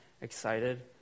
excited